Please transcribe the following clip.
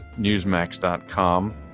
Newsmax.com